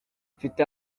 mfite